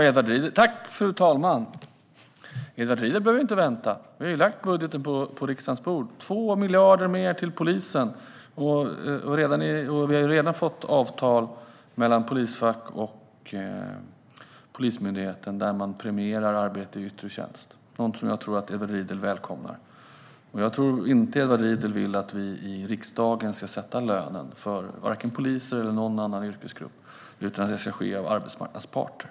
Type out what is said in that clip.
Fru ålderspresident! Edward Riedl behöver inte vänta - vi har ju lagt budgeten på riksdagens bord. Det är 2 miljarder mer till polisen, och vi har redan fått avtal mellan polisfack och Polismyndigheten där man premierar arbete i yttre tjänst, något som jag tror att Edward Riedl välkomnar. Jag tror inte att Edward Riedl vill att vi i riksdagen ska sätta löner vare sig för poliser eller för någon annan yrkesgrupp, utan det ska göras av arbetsmarknadens parter.